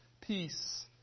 peace